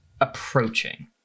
approaching